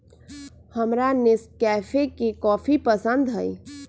हमरा नेस्कैफे के कॉफी पसंद हई